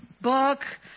book